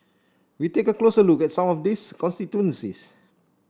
we take a closer look at some of these constituencies